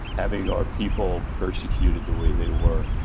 having our people persecuted the way they were,